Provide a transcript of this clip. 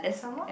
some more